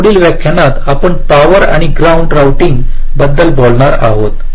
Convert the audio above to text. आमच्या पुढील व्याख्यानात आपण पॉवर आणि ग्राउंड रोऊटिंग बद्दल बोलणार आहोत